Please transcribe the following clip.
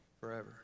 Forever